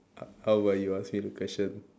uh how about you ask me the question